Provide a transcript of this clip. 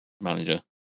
manager